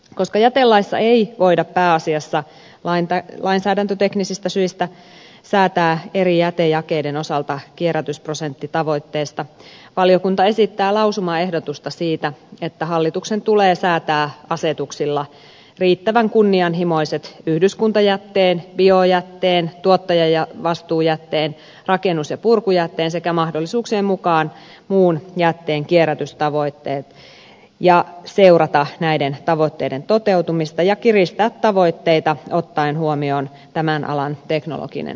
koska jätelaissa ei voida pääasiassa lainsäädäntöteknisistä syistä säätää eri jätejakeiden osalta kierrätysprosenttitavoitteesta valiokunta esittää lausumaehdotusta siitä että hallituksen tulee säätää asetuksilla riittävän kunnianhimoiset yhdyskuntajätteen biojätteen tuottajavastuujätteen rakennus ja purkujätteen sekä mahdollisuuksien mukaan muun jätteen kierrätystavoitteet ja seurata näiden tavoitteiden toteutumista ja kiristää tavoitteita ottaen huomioon tämän alan teknologisen kehityksen